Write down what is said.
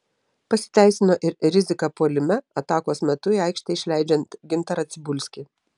pasiteisino ir rizika puolime atakos metu į aikštę išleidžiant gintarą cibulskį